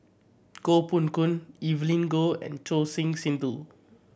Koh Poh Koon Evelyn Goh and Choor Singh Sidhu